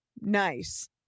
nice